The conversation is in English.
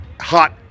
hot